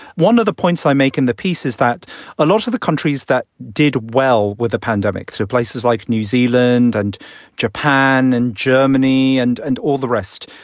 one of the points i make in the piece is that a lot of the countries that did well with a pandemic through places like new zealand and japan and germany and and all the rest,